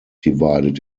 divided